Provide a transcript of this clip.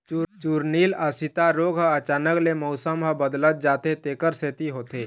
चूर्निल आसिता रोग ह अचानक ले मउसम ह बदलत जाथे तेखर सेती होथे